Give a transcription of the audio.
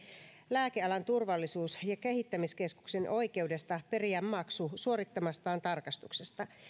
lääkealan turvallisuus ja kehittämiskeskuksen oikeudesta periä maksu suorittamastaan tarkastuksesta